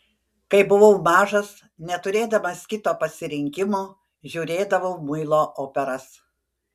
kai buvau mažas neturėdamas kito pasirinkimo žiūrėdavau muilo operas